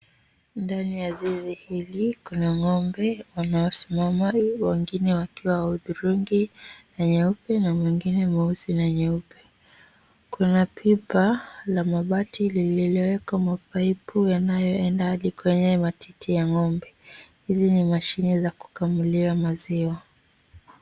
Ndani ya zizi hili kuna ng'ombe wanaosimama wengine wakiwa wa hudhurungi na nyeupe na mwingine mweusi na nyeupe, kuna pipa la mabati lililowekwa mapaipu yanayoenda hadi kwenye matiti ya ng'ombe. Hizi ni mashini za kukamulia maziwa.